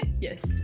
Yes